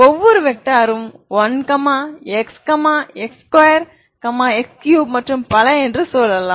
ஒவ்வொரு வெக்டார் ம் 1 x x2 x3மற்றும் பல என்று சொல்லலாம்